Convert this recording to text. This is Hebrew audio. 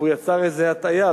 והוא יצר איזו הטעיה,